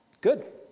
good